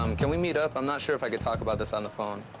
um can we meet up? i'm not sure if i could talk about this on the phone.